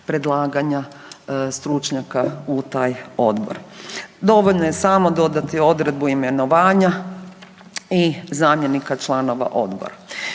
predlaganja stručnjaka u taj odbor. Dovoljno je samo dodati odredbu imenovanja i zamjenika članova odbora.